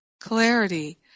clarity